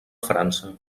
frança